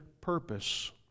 purpose